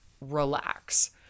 relax